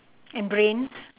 and brains